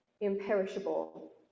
imperishable